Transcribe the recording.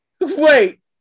wait